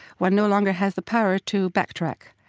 one no longer has the power to backtrack.